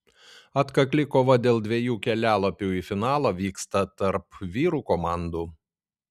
atkakli kova dėl dviejų kelialapių į finalą vyksta tarp vyrų komandų